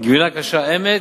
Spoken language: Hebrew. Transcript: גבינה קשה "עמק"